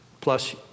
plus